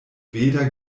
weder